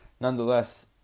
Nonetheless